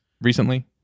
recently